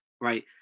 right